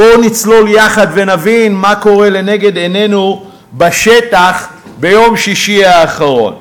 בואו נצלול יחד ונבין מה קורה לנגד עינינו בשטח ביום שישי האחרון: